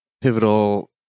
pivotal